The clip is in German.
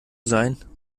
sein